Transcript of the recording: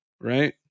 right